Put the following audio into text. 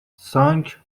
sunk